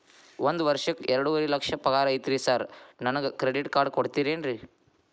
ಒಂದ್ ವರ್ಷಕ್ಕ ಎರಡುವರಿ ಲಕ್ಷ ಪಗಾರ ಐತ್ರಿ ಸಾರ್ ನನ್ಗ ಕ್ರೆಡಿಟ್ ಕಾರ್ಡ್ ಕೊಡ್ತೇರೆನ್ರಿ?